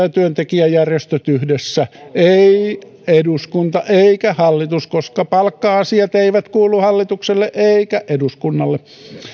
ja työntekijäjärjestöt yhdessä ei eduskunta eikä hallitus koska palkka asiat eivät kuulu hallitukselle eivätkä eduskunnalle